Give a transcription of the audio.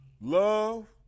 love